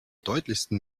deutlichsten